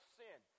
sin